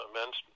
men's